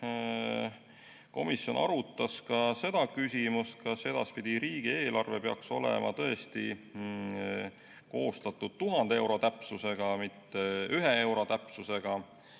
jõuaks. Komisjon arutas ka seda küsimust, kas edaspidi riigieelarve peaks olema tõesti koostatud 1000 euro täpsusega, mitte ühe euro täpsusega,